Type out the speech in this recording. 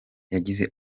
yagize